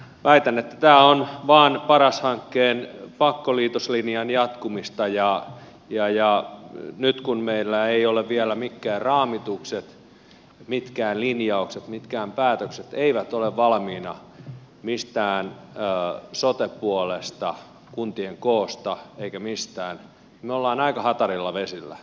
väitän että tämä on vain paras hankkeen pakkoliitoslinjan jatkumista ja nyt kun meillä vielä mitkään raamitukset mitkään linjaukset mitkään päätökset eivät ole valmiina mistään sote puolesta kuntien koosta eikä mistään me olemme aika hatarilla vesillä